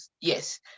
Yes